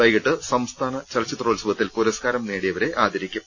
വൈകിട്ട് സംസ്ഥാന ചലച്ചിത്രോത്സവത്തിൽ പുരസ്കാരം നേടിയവരെ ആദരിക്കും